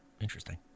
Interesting